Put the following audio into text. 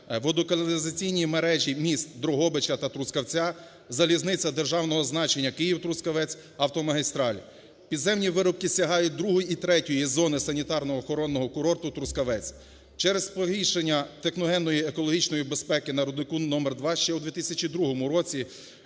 водоканалізаційні мережі міст Дрогобича та Трускавця, залізниця державного значення Київ-Трускавець, автомагістраль. Підземні виробки сягають другої і третьої зони санітарно-курортного курорту Трускавець. Через погіршення техногенної екологічної безпеки на руднику № 2 ще у 2002 році